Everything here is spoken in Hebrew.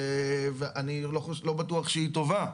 אני לא בטוח שהיא טובה,